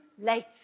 late